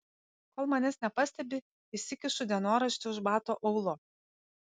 kol manęs nepastebi įsikišu dienoraštį už bato aulo